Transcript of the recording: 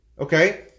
Okay